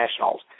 Nationals